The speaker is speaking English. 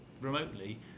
remotely